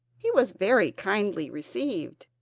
he was very kindly received,